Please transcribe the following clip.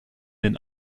den